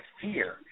fear